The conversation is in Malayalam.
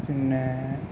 പിന്നെ